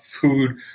food